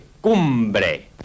...cumbre